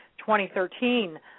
2013